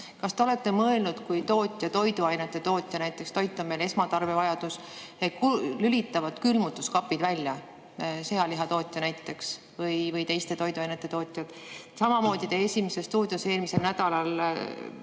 Kas te olete mõelnud, kui tootjad, toiduainete tootjad näiteks – toit on meil esmatarbevajadus – lülitavad külmutuskapid välja, sealihatootjad näiteks või teiste toiduainete tootjad? Samamoodi te "Esimeses stuudios" eelmisel nädalal